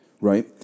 right